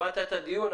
שמעת את הדיון.